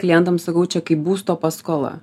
klientam sakau čia kai būsto paskola